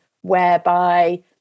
whereby